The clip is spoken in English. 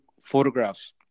photographs